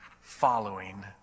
following